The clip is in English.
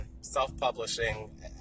self-publishing